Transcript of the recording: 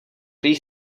prý